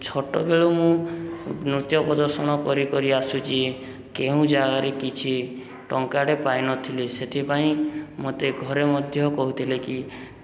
ଛୋଟବେଳୁ ମୁଁ ନୃତ୍ୟ ପ୍ରଦର୍ଶନ କରି କରି ଆସୁଛି କେଉଁ ଜାଗାରେ କିଛି ଟଙ୍କାଟେ ପାଇନଥିଲି ସେଥିପାଇଁ ମୋତେ ଘରେ ମଧ୍ୟ କହୁଥିଲେ କି